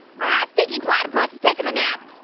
ah, stinky platypus is takin' a nap.